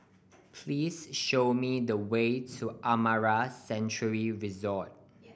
please show me the way to Amara Sanctuary Resort